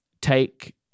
take